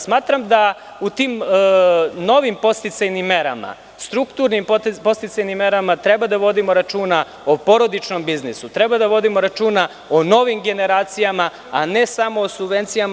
Smatram da u tim novim podsticajnim merama, strukturnim podsticajnim merama treba da vodimo računa o porodičnom biznisu i treba da vodimo računa o novim generacijama, a ne samo o subvencijama.